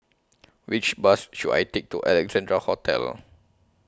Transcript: Which Bus should I Take to Alexandra Hotel